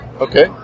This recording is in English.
Okay